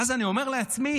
ואז אני אומר לעצמי,